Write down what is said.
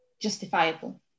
justifiable